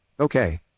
Okay